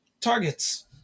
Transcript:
targets